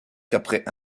qu’après